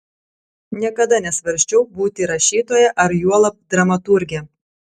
niekada nesvarsčiau būti rašytoja ar juolab dramaturge